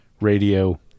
radio